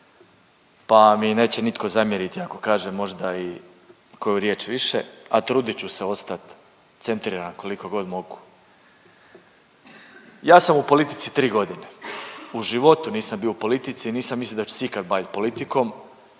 pa mi neće nitko zamjeriti ako kažem možda i koju riječ više, a trudit ću se ostati centriran koliko god mogu. Ja sam u politici 3 godine, u životu nisam bio u politici i nisam mislio da ću se ikad bavit politikom,